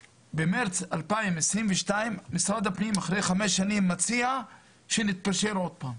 במרץ 2022 משרד הפנים אחרי חמש שנים מציע שנתפשר עוד פעם.